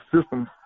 systems